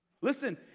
Listen